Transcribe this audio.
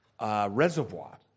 reservoir